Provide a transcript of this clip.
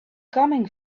coming